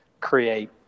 create